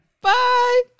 Bye